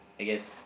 I guess